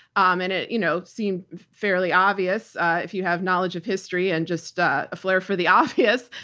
um and it you know seemed fairly obvious if you have knowledge of history and just a flare for the obvious.